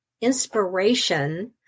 inspiration